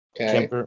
okay